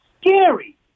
scary